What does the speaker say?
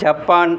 Japan